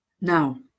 Now